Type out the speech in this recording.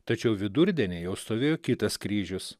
tačiau vidurdienį jau stovėjo kitas kryžius